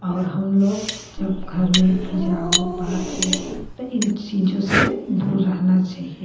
और हम लोग जब घर में पूजा हो पाठ हो त इन चीज़ों से दूर रहना चहिए